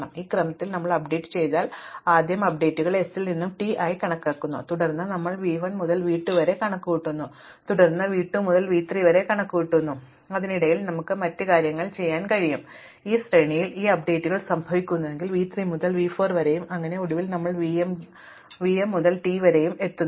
ഇപ്പോൾ ഈ ക്രമത്തിൽ ഞങ്ങൾ അപ്ഡേറ്റുകൾ ചെയ്താൽ ആദ്യം അപ്ഡേറ്റുകൾ s ൽ നിന്നും 1 ആയി കണക്കാക്കുന്നു തുടർന്ന് ഞങ്ങൾ v 1 മുതൽ v 2 വരെ കണക്കുകൂട്ടുന്നു തുടർന്ന് v 2 മുതൽ v 3 വരെ കണക്കുകൂട്ടുന്നു അതിനിടയിൽ നമുക്ക് മറ്റ് കാര്യങ്ങൾ ചെയ്യാൻ കഴിയും അത് ഈ ശ്രേണിയിൽ ഈ അപ്ഡേറ്റുകൾ സംഭവിക്കുന്നുവെങ്കിൽ v 3 മുതൽ v 4 വരെയും അങ്ങനെ ഒടുവിൽ ഞങ്ങൾ vm to t ചെയ്യുന്നു